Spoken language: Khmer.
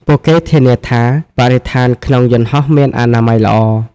ពួកគេធានាថាបរិស្ថានក្នុងយន្តហោះមានអនាម័យល្អ។